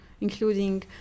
including